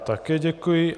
Také děkuji.